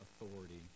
authority